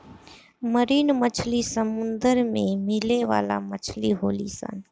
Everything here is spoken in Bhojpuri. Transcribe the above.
मरीन मछली समुंदर में मिले वाला मछली होली सन